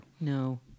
No